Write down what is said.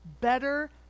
better